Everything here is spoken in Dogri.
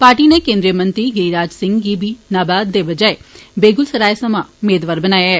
पार्टी नै केन्द्रीय मंत्री गिरिराज सिंह गी नवादा दे बजाए बेगुसराय सोयां मेदवार बनाया गेआ ऐ